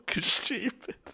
stupid